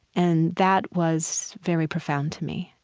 and that was very profound to me,